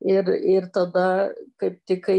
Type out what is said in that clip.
ir ir tada kaip tik kai